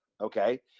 Okay